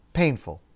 painful